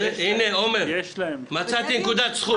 הינה, עומר, מצאתי נקודת זכות.